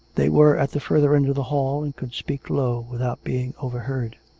they were at the further end of the hall, and could speak low without being over heard.